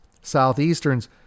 Southeastern's